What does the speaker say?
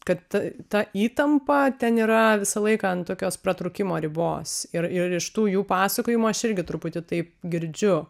kad t ta įtampa ten yra visą laiką ant tokios pratrūkimo ribos ir ir iš tų jų pasakojimų aš irgi truputį taip girdžiu